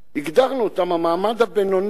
הגדרנו אותם, המעמד הבינוני,